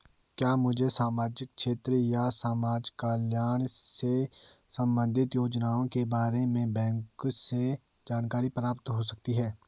क्या मुझे सामाजिक क्षेत्र या समाजकल्याण से संबंधित योजनाओं के बारे में बैंक से जानकारी प्राप्त हो सकती है?